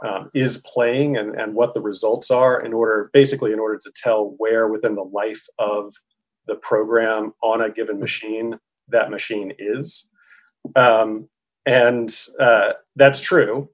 is playing and what the results are in order basically in order to tell where within the life of the program on a given machine that machine is and that's true